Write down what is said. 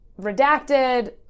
redacted